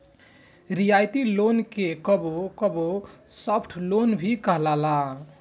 रियायती लोन के कबो कबो सॉफ्ट लोन भी कहाला